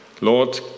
Lord